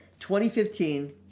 2015